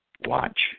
Watch